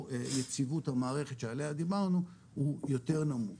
יציבות המערכת שעליה דיברנו הוא יותר נמוך.